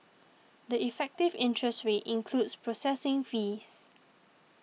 the effective interest rate includes processing fees